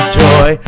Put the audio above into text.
joy